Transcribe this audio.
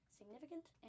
significant